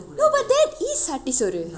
no but that is சட்டி சோறு:satti soru